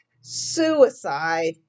suicide